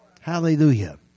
Hallelujah